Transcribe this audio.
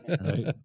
right